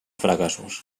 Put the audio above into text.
fracassos